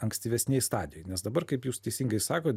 ankstyvesnėj stadijoj nes dabar kaip jūs teisingai sakote